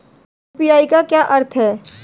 UPI का क्या अर्थ है?